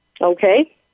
Okay